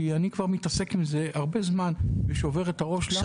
כי אני כבר מתעסק עם זה הרבה זמן ושובר את הראש למה.